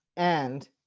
and